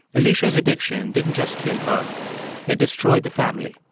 alicia's addiction didn't just kill her it destroyed the family.